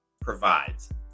provides